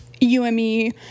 UME